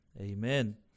amen